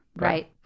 Right